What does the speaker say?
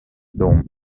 dont